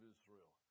Israel